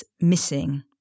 missing